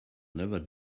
never